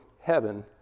heaven